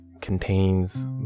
contains